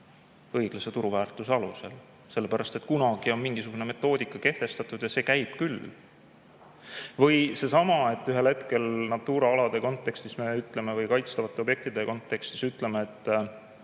õiglase turuväärtuse alusel, sest kunagi on mingisugune metoodika kehtestatud ja see käib küll. Või kui me ühel hetkel Natura alade kontekstis või kaitstavate objektide kontekstis ütleme, et